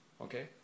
Okay